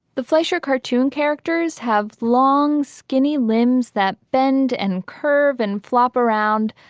the fleischer cartoon. characters have long skinny limbs that bend and curve and flop around,